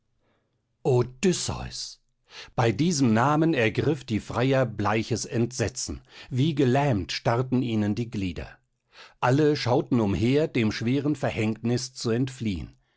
bei diesem namen ergriff die freier bleiches entsetzen wie gelähmt starrten ihnen die glieder alle schauten umher dem schweren verhängnis zu entfliehen